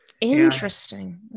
Interesting